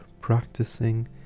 practicing